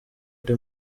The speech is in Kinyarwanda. uri